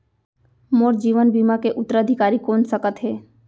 मोर जीवन बीमा के उत्तराधिकारी कोन सकत हे?